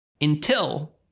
until-